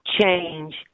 change